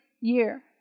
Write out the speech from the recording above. year